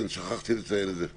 שכחתי לציין את זה.